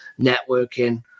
networking